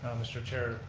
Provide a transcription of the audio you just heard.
mr. chair,